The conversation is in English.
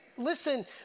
listen